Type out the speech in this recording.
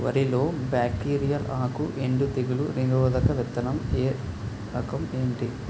వరి లో బ్యాక్టీరియల్ ఆకు ఎండు తెగులు నిరోధక విత్తన రకం ఏంటి?